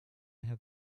have